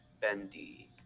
Bendy